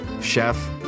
chef